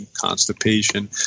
constipation